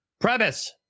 Premise